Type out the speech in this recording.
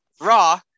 Raw